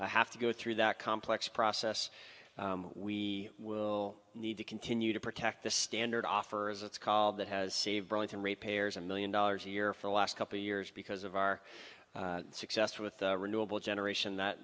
have to go through that complex process we will need to continue to protect the standard offer as it's called that has saved burlington ratepayers a million dollars a year for the last couple years because of our success with the renewable generation that